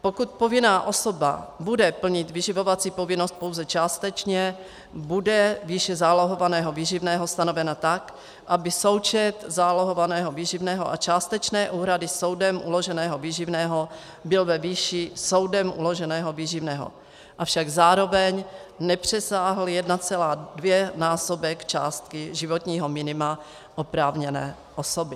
Pokud povinná osoba bude plnit vyživovací povinnost pouze částečně, bude výše zálohovaného výživného stanovena tak, aby součet zálohovaného výživného a částečné úhrady soudem uloženého výživného byl ve výši soudem uloženého výživného, avšak zároveň nepřesáhl 1,2násobek částky životního minima oprávněné osoby.